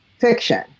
fiction